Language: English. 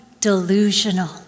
delusional